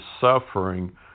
suffering